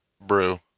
Brew